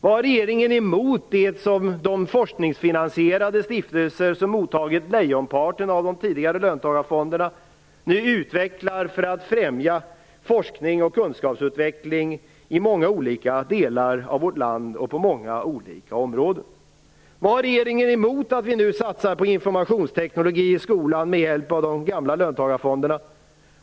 Vad har regeringen emot det som de forskningsfinansierade stiftelser, som mottagit lejonparten av medlen från de tidigare löntagarfonderna, nu utvecklar för att främja forskning och kunskapsutveckling i många olika delar av vårt land och på många olika områden? Vad har regeringen emot att vi nu satsar på informationsteknik i skolan med hjälp av de gamla löntagarfonderna?